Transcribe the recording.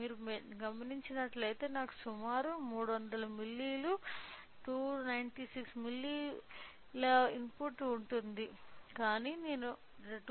మీరు గమనించినట్లయితే నాకు సుమారు 300 మిల్లీ 296 మిల్లీవోల్ట్ల ఇన్పుట్ ఉంది కాని నేను 2